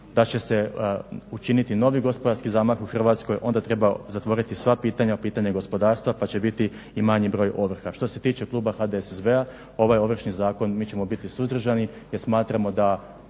da će se učiniti novi gospodarski zamah u Hrvatskoj onda treba zatvoriti sva pitanja, pitanje gospodarstva pa će biti i manji broj ovrha. Što se tiče kluba HDSSB-a, ovaj Ovršni zakon mi ćemo biti suzdržani jer smatramo da